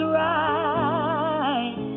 right